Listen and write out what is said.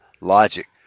logic